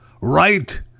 right